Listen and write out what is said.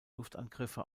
luftangriffe